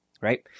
right